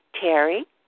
Terry